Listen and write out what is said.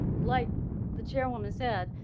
like the chairwoman, said,